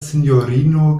sinjorino